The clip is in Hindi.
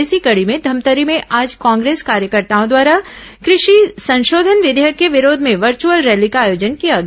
इसी कड़ी में धमतरी में आज कांग्रेस कार्यकर्ताओं द्वारा कृषि संशोधन विधेयक के विरोध में वर्चुअल रैली का आयोजन किया गया